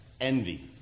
envy